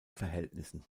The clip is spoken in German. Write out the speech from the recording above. verhältnissen